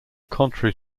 contrary